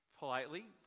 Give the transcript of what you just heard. Politely